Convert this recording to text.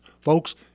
folks